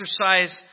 exercise